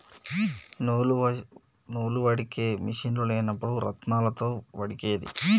నూలు వడికే మిషిన్లు లేనప్పుడు రాత్నాలతో వడికేది